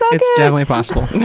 so it's definitely possible.